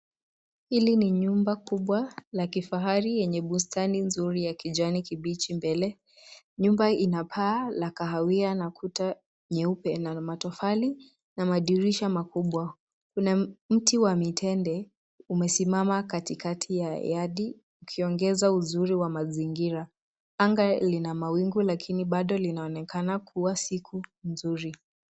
Hili ni nyumba kubwa la kifahari yenye bustani nzuri ya kijani kibichi mbele. Nyumba ina paa la kahawia na kuta nyeupe na matofali na madirisha makubwa. Kuna mti wa mitende umesimama katikati ya yadi, ikiongeza uzuri wa mazingira. Anga lina mawingu lakini bado linaonekana kuwa siku nzuri.